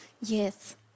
yes